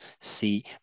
see